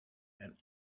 and